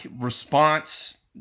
response